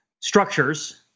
structures